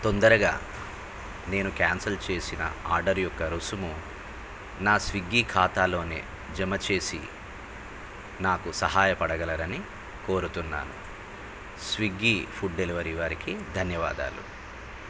తొందరగా నేను క్యాన్సల్ చేసిన ఆర్డర్ యొక్క రుసుము నా స్విగ్గీ ఖాతాలో జమ చేసి నాకు సహాయపడగలరని కోరుతున్నాను స్విగ్గీ ఫుడ్ డెలివరీ వారికి ధన్యవాదాలు